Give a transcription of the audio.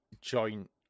joint